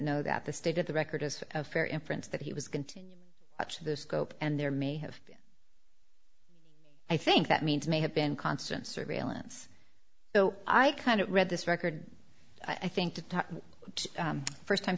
know that the state of the record is a fair inference that he was going to watch the scope and there may have i think that means may have been constant surveillance so i kind of read this record i think the first time